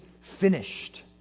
finished